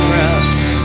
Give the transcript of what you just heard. rest